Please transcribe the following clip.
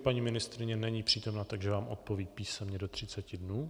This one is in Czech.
Paní ministryně není přítomna, takže vám odpoví písemně do 30 dnů.